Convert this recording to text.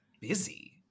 busy